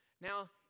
Now